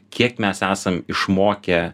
kiek mes esam išmokę